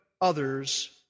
others